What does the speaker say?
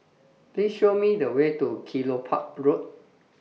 Please Show Me The Way to Kelopak Road